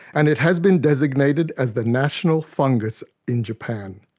and it has been designated as the national fungus in japan.